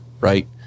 right